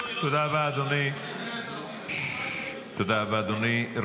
תשכנע את שר הפנים פשוט --- תודה רבה, אדוני.